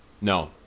No